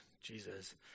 Jesus